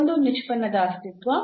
ಒಂದು ನಿಷ್ಪನ್ನದ ಅಸ್ತಿತ್ವ